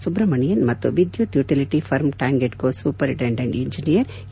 ಸುಬ್ರಮಣಿಯನ್ ಮತ್ತು ವಿದ್ಯುತ್ utility firm TANGEDCO superintendent engineer A